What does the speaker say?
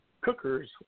cookers